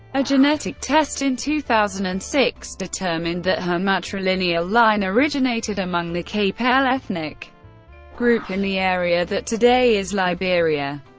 a genetic test in two thousand and six determined that her matrilineal line originated among the kpelle ethnic group, in the area that today is liberia.